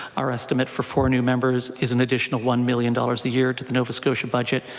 our estimate for four new members is an additional one million dollars a year to the nova scotia budget.